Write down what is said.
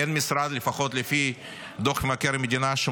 ולפחות לפי דוח מבקר המדינה אין משרד